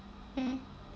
mm